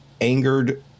angered